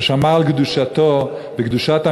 ששמר על קדושתו ועל קדושת המשפחה,